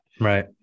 Right